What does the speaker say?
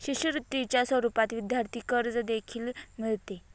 शिष्यवृत्तीच्या स्वरूपात विद्यार्थी कर्ज देखील मिळते